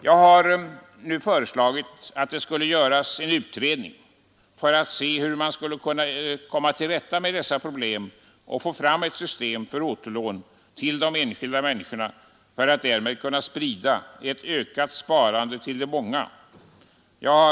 Jag har nu föreslagit att det skall göras en utredning för att klargöra hur man skulle kunna komma till rätta med dessa problem och få fram ett system för återlån till de enskilda människorna, för att därmed kunna sprida ett ökat sparande till de många människorna.